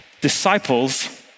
Disciples